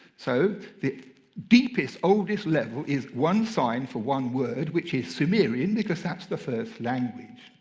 so the deepest, oldest level is one sign for one word which is sumerian, because that's the first language.